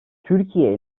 türkiye